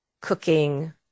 cooking